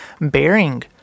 bearing